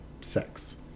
sex